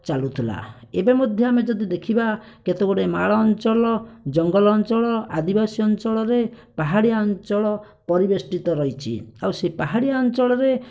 ଚାଲୁଥିଲା ଏବେ ମଧ୍ୟ ଆମେ ଯଦି ଦେଖିବା କେତେ ଗୁଡ଼େ ମାଳ ଅଞ୍ଚଳର ଜଙ୍ଗଲ ଅଞ୍ଚଳ ଆଦିବାସୀ ଅଞ୍ଚଳରେ ପାହାଡ଼ିଆ ଅଞ୍ଚଳ ପରିବେଷ୍ଟିତ ରହିଛି ଆଉ ସେହି ପାହାଡ଼ିଆ ଅଞ୍ଚଳରେ